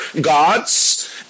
gods